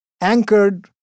anchored